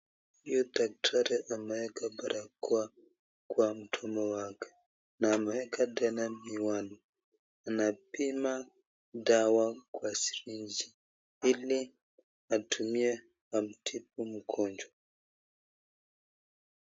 Huyu daktari ameweka parakoa kwa mdomo wake na ameweka tena miwani, anapima dawa kwa syringe ili atumie amtibu mgonjwa.